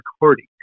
recording